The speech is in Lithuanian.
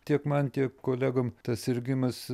tiek man tiek kolegom tas sirgimas